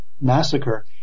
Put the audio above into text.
massacre